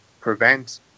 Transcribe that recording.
prevent